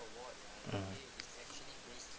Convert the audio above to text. mmhmm